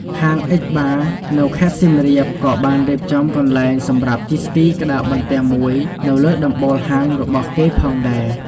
ហាង អិច បារ (X Ba) នៅខេត្តសៀមរាបក៏បានរៀបចំកន្លែងសម្រាប់ជិះស្គីក្ដារបន្ទះមួយនៅលើដំបូលហាងរបស់គេផងដែរ។